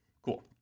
Cool